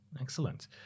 Excellent